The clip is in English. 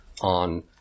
on